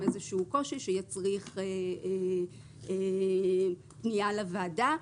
איזשהו קושי ותהיה צריכה להיות פנייה לוועדה.